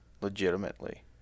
Legitimately